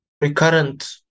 recurrent